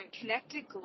connected